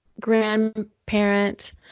grandparent